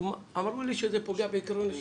אמרו לי שזה פוגע בעיקרון השוויון.